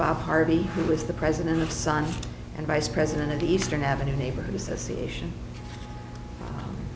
bob harvey who is the president of sun and vice president the eastern avenue neighborhood association